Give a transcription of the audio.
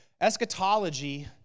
Eschatology